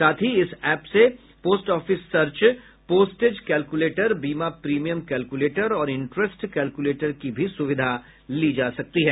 साथ ही इस एप से post office search postage calculator बीमा प्रीमियम कैलकुलेटर और इंटरेस्ट कैलकुलेटर की भी सुविधा ले सकते हैं